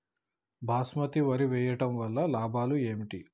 బాస్మతి వరి వేయటం వల్ల లాభాలు ఏమిటి?